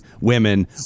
women